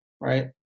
right